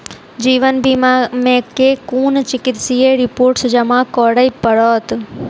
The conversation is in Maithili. जीवन बीमा मे केँ कुन चिकित्सीय रिपोर्टस जमा करै पड़त?